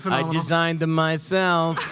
i designed them myself.